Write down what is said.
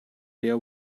there